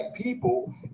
people